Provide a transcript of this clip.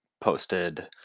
posted